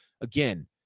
again